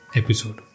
episode